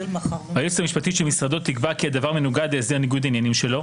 והיועצת המשפטית של משרדו תקבע כי הדבר מנוגד להסדר ניגוד העניינים שלו,